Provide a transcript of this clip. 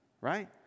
right